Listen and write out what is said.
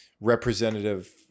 representative